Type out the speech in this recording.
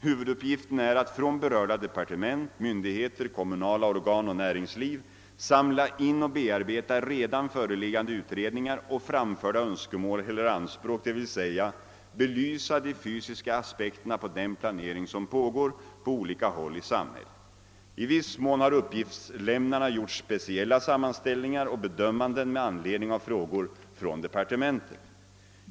Huvuduppgiften är att från berörda departement, myndigheter, kommunala organ och näringsliv samla in och bearbeta redan föreliggande utredningar och framförda önskemål eller anspråk, d. v. s. belysa de fysiska aspekterna på den planering som pågår på olika håll i samhället. I viss mån har uppgiftslämnarna gjort speciella sammanställningar och bedömanden med anledning av frågor från departementet.